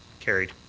carried.